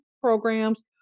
programs